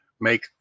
make